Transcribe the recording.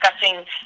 discussing